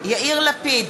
יאיר לפיד,